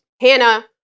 Hannah